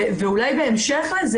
ואולי בהמשך לזה,